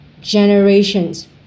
generations